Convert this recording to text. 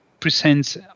presents